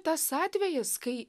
tas atvejis kai